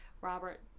Robert